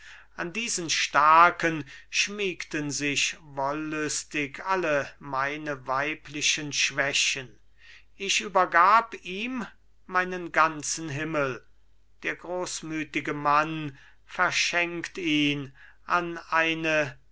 an diesen starken schmiegten sich wollüstig alle meine weiblichen schwächen ich übergab ihm meinen ganzen himmel der großmütige mann verschenkt ihn an eine